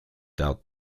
doubt